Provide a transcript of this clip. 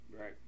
Right